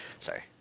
sorry